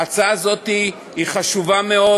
ההצעה הזאת חשובה מאוד.